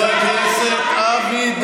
הכנסת, ביבי,